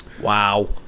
Wow